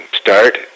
start